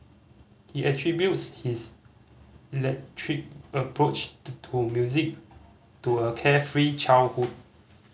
he attributes his eclectic approach to music to a carefree childhood